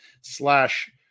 slash